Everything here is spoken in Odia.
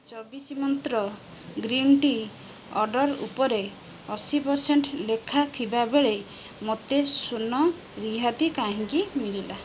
ଚବିଶ ମନ୍ତ୍ର ଗ୍ରୀନ୍ ଟି ଅର୍ଡ଼ର୍ ଉପରେ ଅଶୀ ପରସେଣ୍ଟ ଲେଖା ଥିବାବେଳେ ମୋତେ ଶୂନ ରିହାତି କାହିଁକି ମିଳିଲା